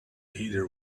heather